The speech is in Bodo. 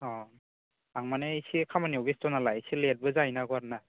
अ आं माने एसे खामानियाव बेस्त' नालाय एसे लेटबो जायो हराव